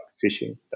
fishing